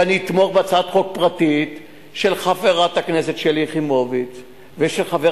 ואני אתמוך בהצעת חוק פרטית של חברת הכנסת שלי יחימוביץ ושל חבר